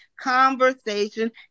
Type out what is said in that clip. conversation